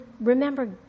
remember